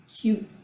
cute